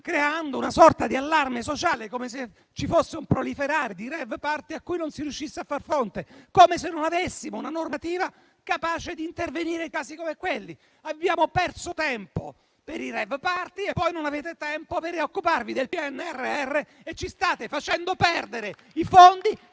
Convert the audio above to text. creando una sorta di allarme sociale, come se ci fosse un proliferare di *rave party* a cui non si riuscisse a far fronte, come se non avessimo una normativa capace di intervenire in casi come quelli. Abbiamo perso tempo per i *rave party* e poi non avete tempo per occuparvi del PNRR e ci state facendo perdere i fondi